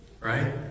Right